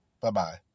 bye-bye